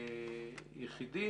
חריגים ויחידים,